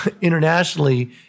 internationally